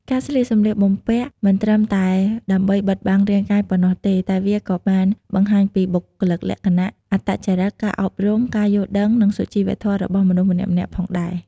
ការស្លៀកសម្លៀកបំពាក់មិនត្រឹមតែដើម្បីបិទបាំងរាងកាយប៉ុណ្ណោះទេ តែវាក៏បានបង្ហាញពីបុគ្គលិកលក្ខណៈ អត្តចរឹត ការអប់រំ ការយល់ដឹង និងសុជីវធម៌របស់មនុស្សម្នាក់ៗផងដែរ។